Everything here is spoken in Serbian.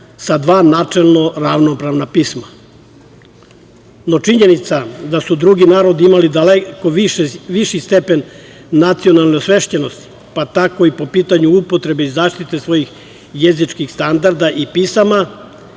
sa dva načelno ravnopravna pisma.No, činjenica da su drugi narodi imali daleko viši stepen nacionalne osvešćenosti, pa tako i po pitanju upotrebe i zaštite svojih jezičkih standarda i pisama,